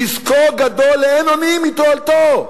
נזקו גדול לאין שיעור מתועלתו.